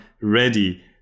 ready